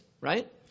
right